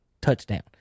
touchdown